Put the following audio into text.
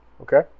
Okay